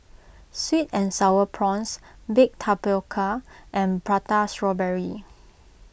Sweet and Sour Prawns Baked Tapioca and Prata Strawberry